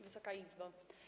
Wysoka Izbo!